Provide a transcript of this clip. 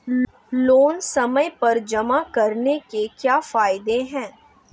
Loan समय पर जमा कराने के क्या फायदे हैं?